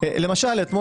למשל אתמול,